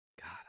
god